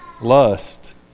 lust